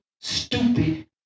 stupid